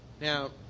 Now